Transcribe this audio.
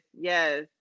Yes